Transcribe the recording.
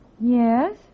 Yes